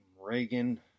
Reagan